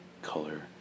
color